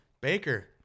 Baker